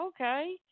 Okay